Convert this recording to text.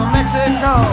Mexico